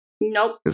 Nope